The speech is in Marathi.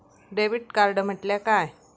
डेबिट कार्ड म्हटल्या काय?